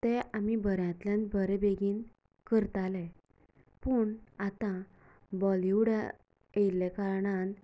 ते आमीं बऱ्यांतल्यान बरे बेगीन करताले पूण आतां बॉलिवूडा आयिल्ल्या कारणान